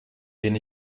den